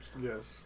Yes